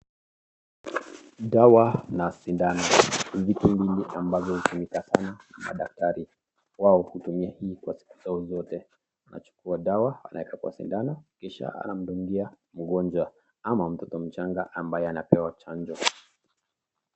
Dawa na sindano, vitu mbili ambavyo vinatakikana na daktari. Wao hutumia hii kwa sekta zote, anachukua dawa anaweka kwa sindano kisha anamdungia mgonjwa ama mtoto mchanga ambaye anapewa chanjo.